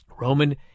Roman